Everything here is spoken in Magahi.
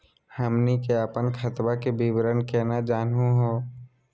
हमनी के अपन खतवा के विवरण केना जानहु हो?